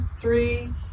three